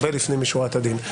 הרבה לפנים משורת הדין.